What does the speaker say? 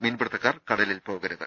മീൻപിടു ത്തക്കാർ കടലിൽ പോകരുത്